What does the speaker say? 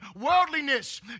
worldliness